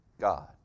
God